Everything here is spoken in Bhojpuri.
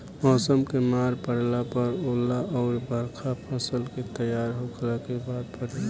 मौसम के मार पड़ला पर ओला अउर बरखा फसल के तैयार होखला के बाद पड़ेला